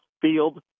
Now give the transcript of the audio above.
field